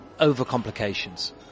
overcomplications